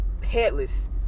headless